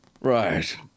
Right